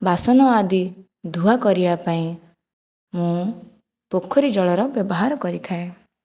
ବାସନ ଆଦି ଧୁଆ କରିବା ପାଇଁ ମୁଁ ପୋଖରୀ ଜଳର ବ୍ୟବହାର କରିଥାଏ